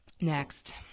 Next